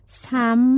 sam